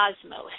cosmos